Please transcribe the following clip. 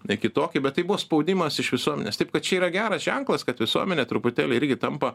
ne kitokį bet tai buvo spaudimas iš visuomenės taip kad čia yra geras ženklas kad visuomenė truputėlį irgi tampa